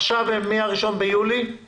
עכשיו, מה-1 ביולי הם